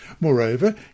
Moreover